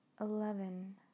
eleven